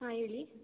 ಹಾಂ ಹೇಳಿ